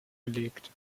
gelegt